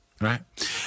right